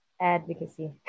advocacy